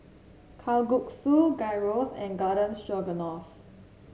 Kalguksu Gyros and Garden Stroganoff